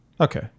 Okay